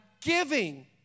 giving